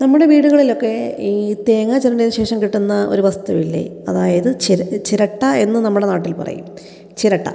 നമ്മുടെ വീടുകളിലൊക്കെ ഈ തേങ്ങ ചുരണ്ടിയതിനു ശേഷം കിട്ടുന്ന ഒരു വസ്തുവില്ലേ അതായത് ചിരട്ട എന്ന് നമ്മുടെ നാട്ടില് പറയും ചിരട്ട